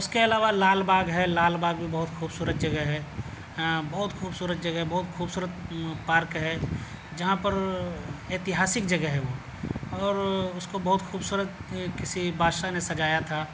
اس کے علاوہ لال باغ ہے لال باغ بھی بہت خوبصورت جگہ ہے بہت خوبصورت جگہ ہے بہت خوبصورت پارک ہے جہاں پر اتہاسک جگہ ہے وہ اور اس کو بہت خوبصورت کسی بادشاہ نے سجایا تھا